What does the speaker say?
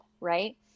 right